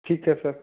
ਠੀਕ ਹੈ ਸਰ